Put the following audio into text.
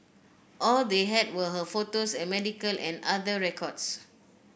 all they had were her photos and medical and other records